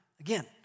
Again